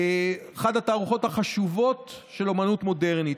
אחת התערוכות החשובות של אומנות מודרנית.